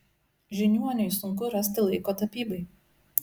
žiniuoniui sunku rasti laiko tapybai